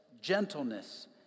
gentleness